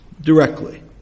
directly